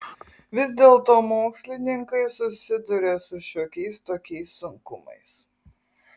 vis dėlto mokslininkai susiduria su šiokiais tokiais sunkumais